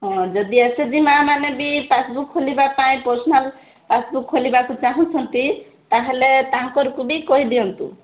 ହଁ ଯଦି S S G ମାଆମାନେ ବି ପାସ୍ବୁକ୍ ଖୋଲିବା ପାଇଁ ପର୍ସନାଲ ପାସ୍ବୁକ୍ ଖୋଲିବାକୁ ଚାହୁଁଛନ୍ତି ତାହେଲେ ତାଙ୍କରକୁ ବି କହି ଦିଅନ୍ତୁ